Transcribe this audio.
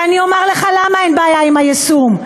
ואני אומר לך למה אין בעיה עם היישום: